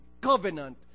covenant